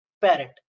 parrot